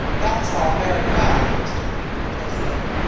that's all very well, mr. greene protested,